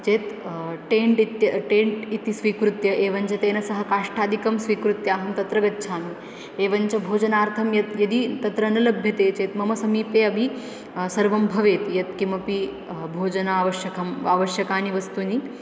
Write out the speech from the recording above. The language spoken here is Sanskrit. चेत् टेण्ट् इत्य टेण्ट् इति स्वीकृत्य एवञ्च तेन सह काष्ठादिकं स्वीकृत्य अहं तत्र गच्छामि एवञ्च भोजनार्थं यत् यदि तत्र न लभ्यते चेत् मम समीपे अपि सर्वं भवेत् यत्किमपि भोजनावश्यकम् वा आवश्यकानि वस्तूनि